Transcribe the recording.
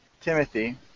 Timothy